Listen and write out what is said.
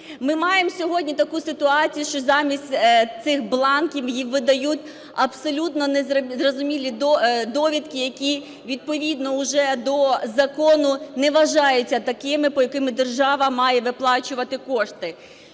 Ми маємо сьогодні таку ситуацію, що замість цих бланків їм видають абсолютно незрозумілі довідки, які відповідно уже до закону не вважаються такими, по яким держава має виплачувати кошти.